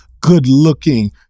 good-looking